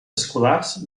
escolars